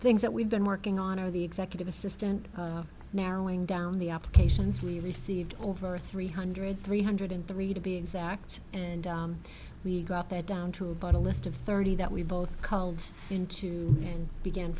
things that we've been working on our the executive assistant narrowing down the applications we received over three hundred three hundred three to be exact and we got that down to about a list of thirty that we both called into and began